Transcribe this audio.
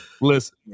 Listen